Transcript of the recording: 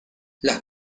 las